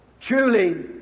Truly